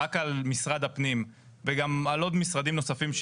רק על משרד הפנים וגם על עוד משרדים נוספים,